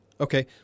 okay